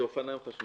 זה אופניים חשמליים.